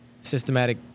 systematic